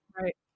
Right